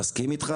מסכים איתך.